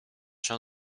czy